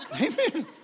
Amen